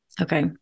Okay